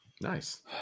Nice